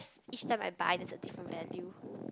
each time I buy there's a different value